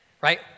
right